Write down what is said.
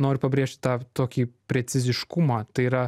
noriu pabrėžti tą tokį preciziškumą tai yra